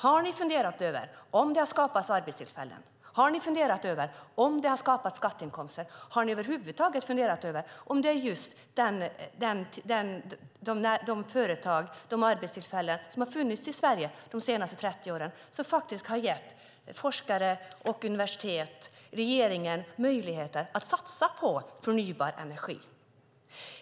Har ni funderat över om det har skapats arbetstillfällen? Har ni funderat över om det har skapats skatteinkomster? Har ni över huvud taget funderat över om det är de företag och arbetstillfällen som har funnits i Sverige de senaste 30 åren som har gett forskarna, universiteten och regeringen möjlighet att satsa på förnybar energi?